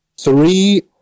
three